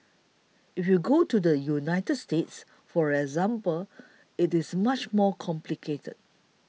if you go to the United States for example it is much more complicated